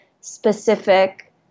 specific